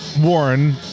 Warren